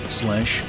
slash